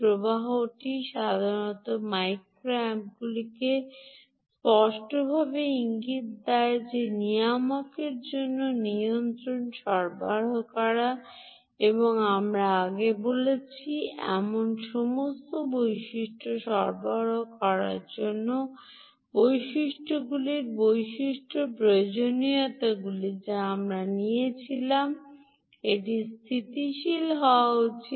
প্রবাহটি সাধারণত মাইক্রো অ্যাম্পগুলিতে স্পষ্টভাবে ইঙ্গিত দেয় যে নিয়ামকের জন্য নিয়ন্ত্রণ সরবরাহ করা এবং আমরা আগে বলেছি এমন সমস্ত বৈশিষ্ট্য সরবরাহ করার জন্য বৈশিষ্ট্যগুলির প্রয়োজনীয়তাগুলি যা আমরা বলেছিলাম এটি স্থিতিশীল হওয়া উচিত